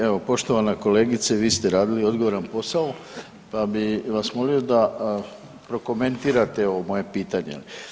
Evo poštovana kolegice vi ste radili odgovoran posao pa bi vas molio da prokomentirate ovo moje pitanje.